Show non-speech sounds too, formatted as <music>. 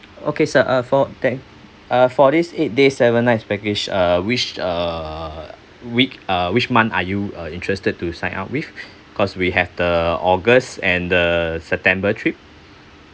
okay sir uh for the uh for this eight days seven nights package which uh which uh week uh which month are you uh interested to sign up with <breath> cause we have the august and the september trip